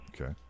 Okay